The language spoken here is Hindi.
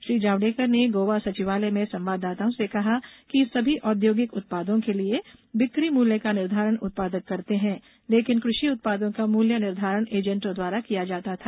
श्री जावड़ेकर ने गोवा सचिवालय में संवाददाताओं से कहा कि सभी औद्योगिक उत्पादों के लिए बिक्री मूल्य का निर्धारण उत्पादक करते हैं लेकिन कृषि उत्पादों का मूल्य निर्धारण एजेंटों द्वारा किया जाता था